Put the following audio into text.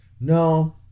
No